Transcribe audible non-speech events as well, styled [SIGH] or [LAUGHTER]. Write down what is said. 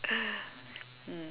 [NOISE] hmm